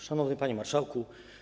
Szanowny Panie Marszałku!